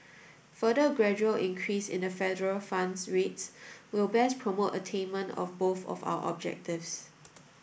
further gradual increase in the federal funds rate will best promote attainment of both of our objectives